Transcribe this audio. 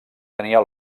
tenia